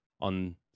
on